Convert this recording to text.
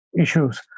issues